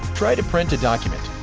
try to print a document.